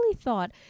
thought